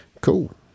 cool